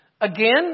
Again